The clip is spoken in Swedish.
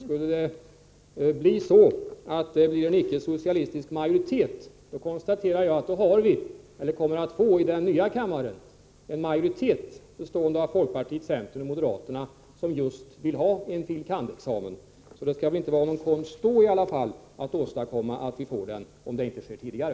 Skulle det bli en icke socialistisk majoritet, konstaterar jag att då får vi i den nya kammaren en majoritet, bestående av folkpartiet, centern och moderaterna, som just vill ha en fil. kand.-examen. Så det skall väl inte vara någon konst då i alla fall att åstadkomma att vi får det, om det inte sker tidigare.